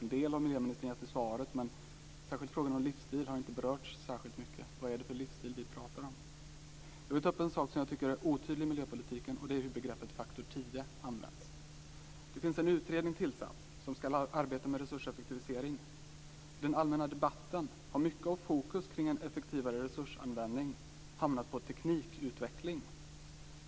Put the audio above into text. En del har miljöministern angett i svaret, men frågan om livsstil har inte berörts särskilt mycket. Vad är det för livsstil vi pratar om? Jag vill ta upp en sak som är otydlig i miljöpolitiken, och det är hur begreppet faktor tio används. Det finns en utredning tillsatt som skall arbeta med resurseffektivisering. I den allmänna debatten har mycket av fokus kring en effektivare resursanvändning hamnat på teknikutveckling.